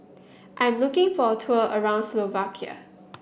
I am looking for a tour around Slovakia